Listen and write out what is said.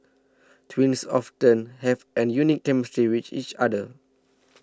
twins often have an unique chemistry with each other